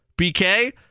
BK